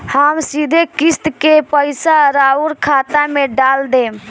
हम सीधे किस्त के पइसा राउर खाता में डाल देम?